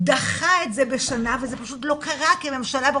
דחה את זה בשנה וזה פשוט לא קרה כי הממשלה,